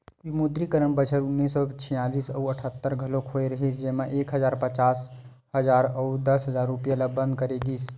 विमुद्रीकरन बछर उन्नीस सौ छियालिस अउ अठत्तर घलोक होय रिहिस जेमा एक हजार, पांच हजार अउ दस हजार रूपिया ल बंद करे गिस